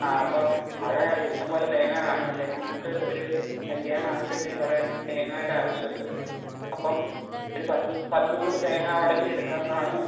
ആ അപ്പം അവിടെ ഇഷ്ടംപോലെ തേങ്ങ കാണുമല്ലോ ഞങ്ങൾക്ക് ഒരു കല്ല്യാണ ആവശ്യത്തിന് കുറെ തേങ്ങയുടെ ആവശ്യമുണ്ട് അപ്പം ഒരു പത്ത് പത്ത് നൂറ് തേങ്ങ ഉടനെ എടുക്കാൻ കാണുമോ